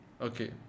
okay